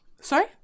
Sorry